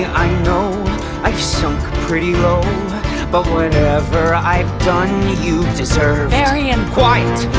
i know i've sunk pretty low but whatever i've done you you deserve. varian! quiet!